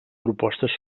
propostes